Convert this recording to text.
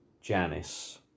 Janice